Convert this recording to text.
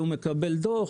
הוא מקבל דוח,